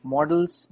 Models